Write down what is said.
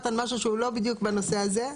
על משהו שהוא לא בדיוק בנושא הזה,